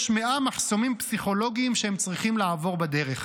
יש 100 מחסומים פסיכולוגיים שהם צריכים לעבור בדרך.